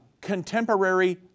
contemporary